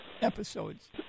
episodes